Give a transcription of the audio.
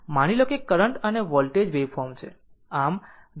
માની લો કે કરંટ અને વોલ્ટેજ વેવફોર્મ છે